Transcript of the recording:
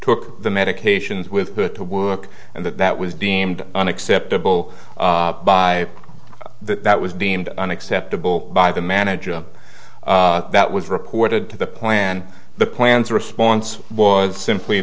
took the medications with her to work and that that was deemed unacceptable by that that was deemed unexceptable by the manager that was reported to the plan the plan's response was simply